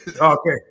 Okay